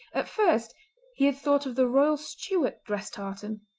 at first he had thought of the royal stuart dress tartan,